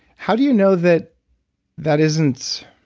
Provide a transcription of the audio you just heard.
how do you know that that isn't